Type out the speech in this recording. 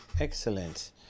Excellent